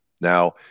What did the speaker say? Now